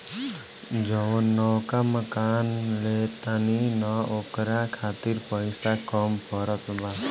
जवन नवका मकान ले तानी न ओकरा खातिर पइसा कम पड़त बा